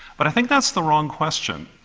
but i think that's the wrong question,